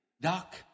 Doc